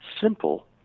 simple